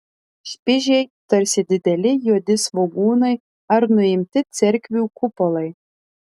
špižiai tarsi dideli juodi svogūnai ar nuimti cerkvių kupolai